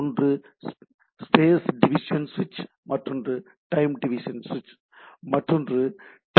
ஒன்று space division சுவிட்ச் மற்றொன்று டைம் டிவிஷன் சுவிட்ச் மற்றொன்று டி